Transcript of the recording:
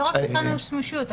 לא רק מבחן השימושיות.